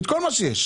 את כל מה שיש,